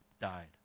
died